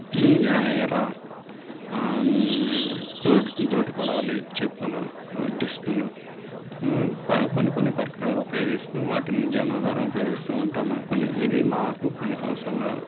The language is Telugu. ఎయ ఎరా దోడ్ దోటి కొడవలి చెప్పులు దుస్తులు ప కొన్ని కొన్ని పరికరాలు ఉపయోగిస్తు వాటిని జీవనాధారం ఉపయోగిస్తు ఉంటాము కొన్ని ఇది మాకు కొన్ని సంవత్సరాల